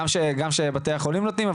גם שבתי החולים נותנים,